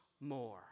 more